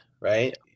right